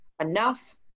enough